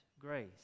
grace